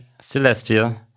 Celestia